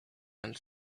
and